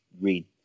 read